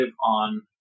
on